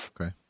Okay